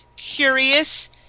Curious